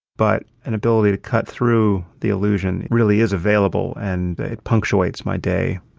but an ability to cut through the illusion really is available and it punctuates my day,